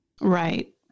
Right